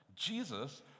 Jesus